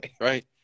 right